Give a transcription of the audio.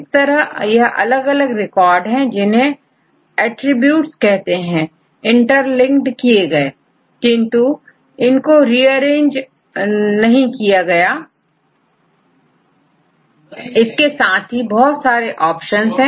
इस तरह यह अलग अलग रिकॉर्ड है जिन्हें अटरीब्यूट्स कहते हैं इंटरलिंक्ड किए गए किंतु इनको रिअरेंज नहीं किया गया इसके साथ ही इसमें बहुत सारे ऑप्शन है